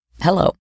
Hello